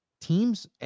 teams